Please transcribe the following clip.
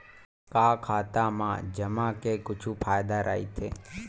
का खाता मा जमा के कुछु फ़ायदा राइथे?